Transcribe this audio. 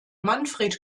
manfred